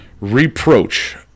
Reproach